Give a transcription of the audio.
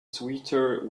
sweeter